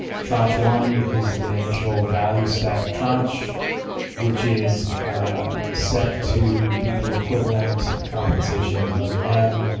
tranche one is the initial value stack tranche which is set to be the equivalent compensation of nem,